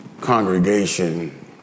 congregation